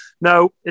no